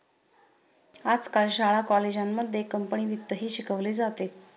आजकाल शाळा कॉलेजांमध्ये कंपनी वित्तही शिकवले जाते